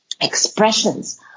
expressions